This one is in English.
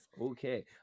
Okay